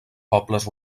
pobles